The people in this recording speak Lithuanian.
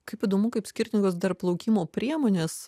kaip įdomu kaip skirtingos dar plaukimo priemonės